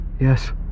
Yes